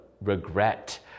regret